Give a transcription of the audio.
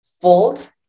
fold